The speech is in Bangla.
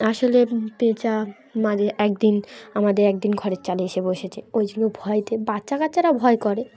আসলে পেঁচা মাঝে একদিন আমাদের একদিন ঘরের চালে এসে বসেছে ওই জন্য ভয়তে বাচ্চা কাচ্চারা ভয় করে